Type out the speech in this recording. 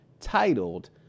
titled